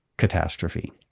catastrophe